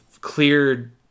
cleared